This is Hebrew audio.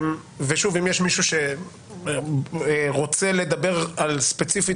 ושוב אם יש מישהו שרוצה לדבר על ספציפית,